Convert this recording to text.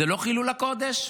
זה לא חילול הקודש?